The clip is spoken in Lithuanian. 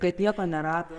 kad nieko nerado